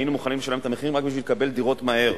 והיינו מוכנים לשלם את המחירים רק כדי לקבל דירות מהר,